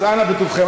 אז אנא בטובכם.